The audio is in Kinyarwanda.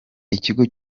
ikigo